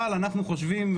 אבל אנחנו חושבים,